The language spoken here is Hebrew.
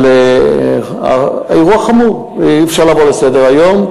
אבל האירוע חמור, אי-אפשר לעבור עליו לסדר היום,